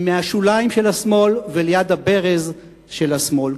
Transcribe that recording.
מהשוליים של השמאל וליד הברז של השמאל.